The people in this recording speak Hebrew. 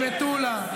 במטולה,